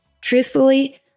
Truthfully